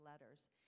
letters